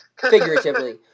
figuratively